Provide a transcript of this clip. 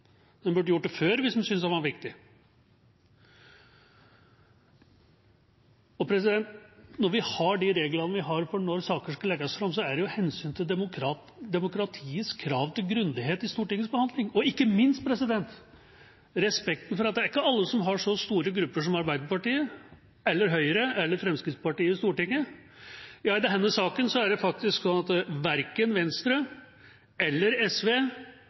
den ble oversendt fra regjeringa over én måned etter tidsfristen. De burde gjort det før, hvis de syntes den var viktig. Når vi har de reglene vi har for når saker skal legges fram, er det av hensyn til demokratiets krav til grundighet i Stortingets behandling, og ikke minst respekten for at det ikke er alle som har så store grupper som Arbeiderpartiet, Høyre eller Fremskrittspartiet i Stortinget. I denne saken er det faktisk sånn at verken Venstre, SV eller